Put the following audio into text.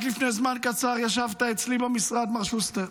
רק לפני זמן קצר ישבת אצלי במשרד, מר שוסטר,